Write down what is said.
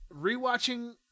rewatching